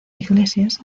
iglesias